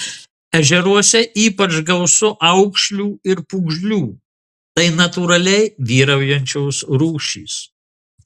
ežeruose ypač gausu aukšlių ir pūgžlių tai natūraliai vyraujančios rūšys